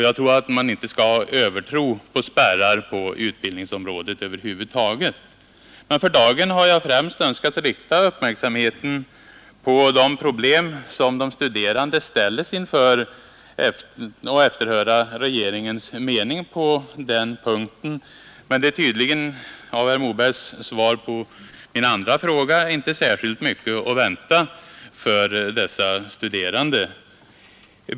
Jag tror att man inte skall hysa någon övertro på spärrar inom utbildningsområdet över huvud taget. För dagen har jag dock främst önskat rikta uppmärksamheten på de problem som de studerande ställs inför och efterhöra regeringens mening på den punkten. Men av herr Mobergs svar på min andra fråga att döma är det tydligen inte särskilt mycket att vänta för dessa studerande.